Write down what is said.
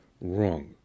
wrong